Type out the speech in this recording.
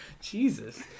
jesus